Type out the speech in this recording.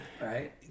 right